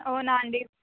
అవునా అండి